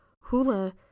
hula